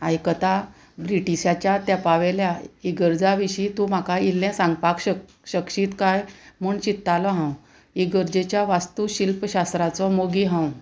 आयकता ब्रिटिशाच्या तेंपावेल्या इगर्जा विशीं तूं म्हाका इल्लें सांगपाक शक शकशीत काय म्हूण चित्तालो हांव इगर्जेच्या वास्तू शिल्पशास्त्राचो मोगी हांव